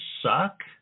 suck